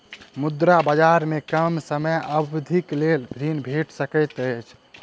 मुद्रा बजार में कम समय अवधिक लेल ऋण भेट सकैत अछि